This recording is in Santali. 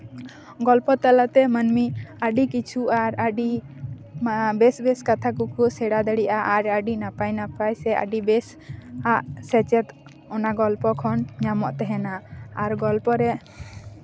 ᱜᱚᱞᱯᱷᱚ ᱛᱟᱞᱟᱛᱮ ᱢᱟᱹᱱᱢᱤ ᱟᱹᱰᱤ ᱠᱤᱪᱷᱩ ᱟᱨ ᱟᱹᱰᱤ ᱵᱮᱥ ᱵᱮᱥ ᱠᱟᱛᱷᱟ ᱠᱚᱠᱚ ᱥᱮᱬᱟ ᱫᱟᱲᱮᱭᱟᱜᱼᱟ ᱟᱨ ᱟᱹᱰᱤ ᱱᱟᱯᱟᱭ ᱱᱟᱯᱟᱭ ᱥᱮ ᱟᱹᱰᱤ ᱵᱮᱥ ᱟᱜ ᱥᱮᱪᱮᱫ ᱚᱱᱟ ᱜᱚᱞᱯᱷᱚ ᱠᱷᱚᱱ ᱧᱟᱢᱚᱜ ᱛᱟᱦᱮᱸᱱᱟ ᱟᱨ ᱜᱚᱞᱯᱷᱚ ᱨᱮ